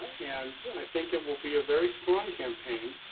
and i think it will be a very strong campaign,